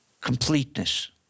completeness